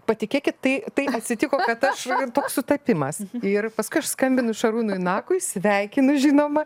patikėkit tai taip atsitiko kad aš toks sutapimas ir paskui aš skambinu šarūnui nakui sveikinu žinoma